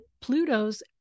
Pluto's